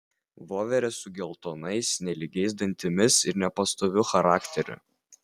voverę su geltonais nelygiais dantimis ir nepastoviu charakteriu